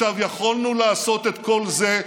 יכולנו לעשות את כל זה,